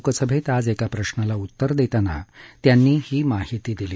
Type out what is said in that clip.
लोकसभेत आज एका प्रश्नाला उत्तर देताना त्यांनी ही माहिती दिली